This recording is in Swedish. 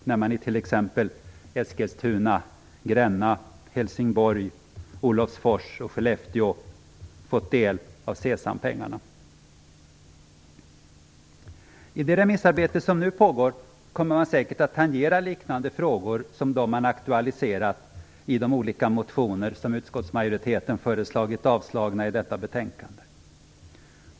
T.ex. har man i Eskilstuna, Gränna, Helsingborg, I det remissarbete som nu pågår kommer man säkert att tangera liknande frågor som de som aktualiseras i de olika motioner som utskottet avstyrker i detta betänkande.